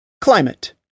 CLIMATE